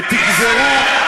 ותגזרו,